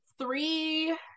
three